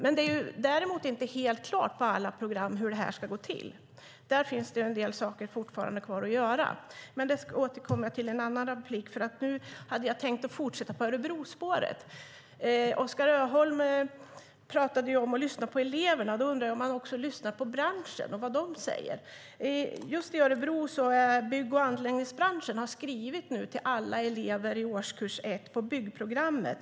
Men det är däremot inte helt klart hur detta ska gå till på alla program. Där finns det fortfarande en del saker kvar att göra. Men det återkommer jag till i en annan replik. Nu tänkte jag fortsätta på Örebrospåret. Oskar Öholm talade om att man ska lyssna på eleverna. Då undrar jag om han också lyssnar på vad branschen säger. Just i Örebro har bygg och anläggningsbranschen skrivit till alla elever i årskurs 1 på byggprogrammet.